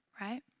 right